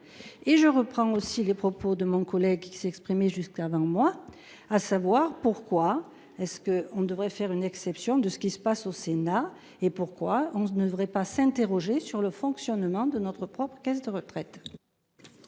et je reprends aussi les propos de mon collègue qui s'exprimer jusqu'à 20 mois à savoir pourquoi est-ce qu'on devrait faire une exception de ce qui se passe au Sénat et pourquoi on ne devrait pas s'interroger sur le fonctionnement de notre propre caisse de retraite.